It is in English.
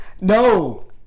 No